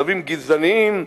צווים גזעניים,